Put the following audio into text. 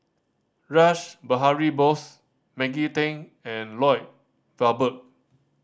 Rash Behari Bose Maggie Teng and Lloyd Valberg